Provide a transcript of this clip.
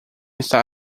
está